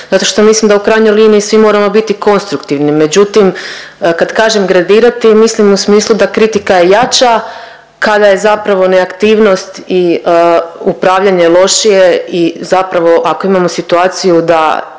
zato što mislim da u krajnjoj liniji svi moramo biti konstruktivni. Međutim, kad kažem gradirati mislim u smislu da kritika je jača kada je zapravo neaktivnost i upravljanje lošije i zapravo ako imamo situaciju da